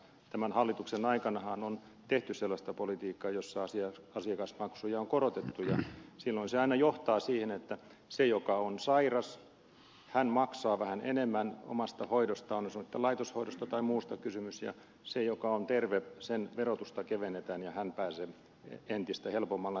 tämän hallituksen aikanahan on tehty sellaista politiikkaa että asiakasmaksuja on korotettu ja silloin se aina johtaa siihen että se joka on sairas maksaa vähän enemmän omasta hoidostaan on sitten laitoshoidosta tai muusta kysymys ja sen joka on terve verotusta kevennetään ja hän pääsee entistä helpommalla